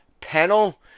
panel